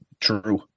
True